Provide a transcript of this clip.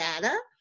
data